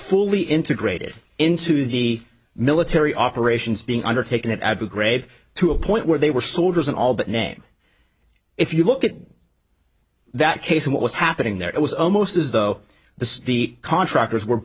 fully integrated into the military operations being undertaken at abu ghraib to a point where they were soldiers in all but name if you look at that case and what was happening there it was almost as though the the contractors were